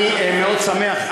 אני מאוד שמח,